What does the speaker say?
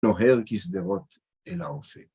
דוהר כשדרות אל האופק.